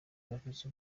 bafise